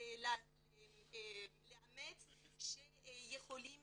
לאמץ שיכולים